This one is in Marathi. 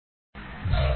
नमस्कार